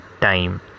time